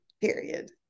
period